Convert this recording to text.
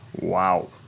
Wow